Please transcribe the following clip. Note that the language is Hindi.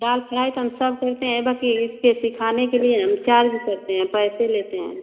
दाल फ्राई तो हम सब करते हैं बाक़ी इसके सिखाने के लिए हम चार्ज करते हैं पैसे लेते हैं